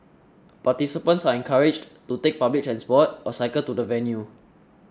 participants are encouraged to take public transport or cycle to the venue